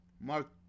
Mark